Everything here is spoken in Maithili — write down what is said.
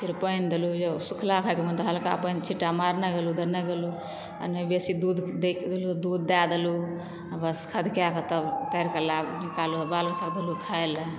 फेर पानि देलहुॅं सूखला खाइके मोन तऽ हल्का पानि छींटा मारने गेलह देने गेलहुॅं आ नहि बेसी दूध दैके भेल तऽ दूध दय देलहुॅं आ बस खदैके तब उतैरके लए निकाललूँ बाल बच्चा के देलूँ खाइ लए